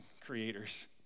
creators